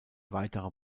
weitere